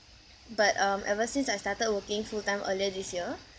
but um ever since I started working full-time earlier this year